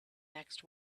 next